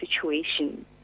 situation